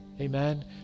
Amen